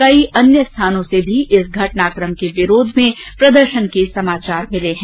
कई अन्य स्थानों से भी इस घटनाकम के विरोध में प्रदर्शन के समाचार मिले हैं